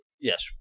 Yes